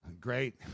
Great